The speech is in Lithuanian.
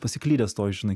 pasiklydęs toj žinai